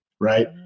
right